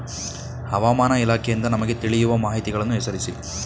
ಹವಾಮಾನ ಇಲಾಖೆಯಿಂದ ನಮಗೆ ತಿಳಿಯುವ ಮಾಹಿತಿಗಳನ್ನು ಹೆಸರಿಸಿ?